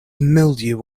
mildew